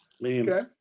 Memes